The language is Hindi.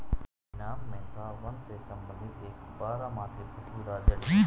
पुदीना मेंथा वंश से संबंधित एक बारहमासी खुशबूदार जड़ी है